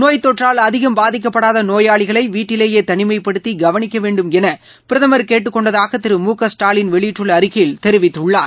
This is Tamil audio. நோய் தொற்றால் அதிகம் பாதிக்கப்படாத நோயாளிகளை வீட்டிலேயே தனிமைப்படுத்தி கவனிக்க வேண்டும் என பிரதமர் கேட்டுக்கொண்டதாக திரு முகஸ்டாவின் வெளியிட்டுள்ள அறிக்கையில் தெரிவித்துள்ளார்